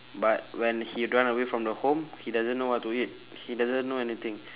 but when he run away from the home he doesn't know what to eat he doesn't know anything